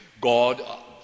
God